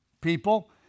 people